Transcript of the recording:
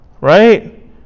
Right